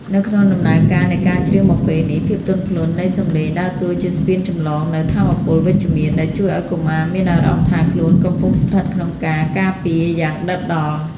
នៅក្នុងដំណើរការនៃការច្រៀងបំពេនេះ ភាពទន់ភ្លន់នៃសំឡេងដើរតួជាស្ពានចម្លងនូវថាមពលវិជ្ជមាន ដែលជួយឱ្យកុមារមានអារម្មណ៍ថាខ្លួនកំពុងស្ថិតក្នុងការការពារយ៉ាងដិតដល់។